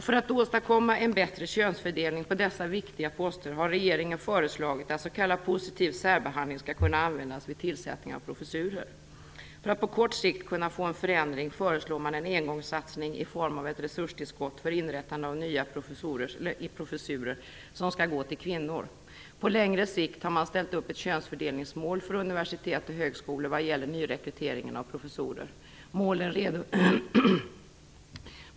För att åstadkomma en bättre könsfördelning på dessa viktiga poster har regeringen föreslagit att s.k. positiv särbehandling skall kunna användas vid tillsättning av professurer. För att på kort sikt kunna få en förändring till stånd föreslår man en engångssatsning i form av ett resurstillskott för inrättande av nya professurer som skall gå till kvinnor. På längre sikt har man ställt upp ett könsfördelningsmål för universitet och högskolor vad gäller nyrekryteringen av professorer.